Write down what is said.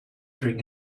drink